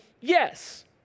yes